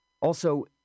Also